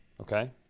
Okay